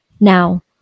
now